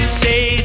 say